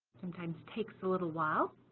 sometimes takes a little while